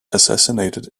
assassinated